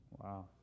Wow